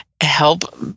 help